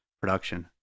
production